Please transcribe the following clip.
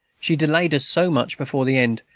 she delayed us so much, before the end,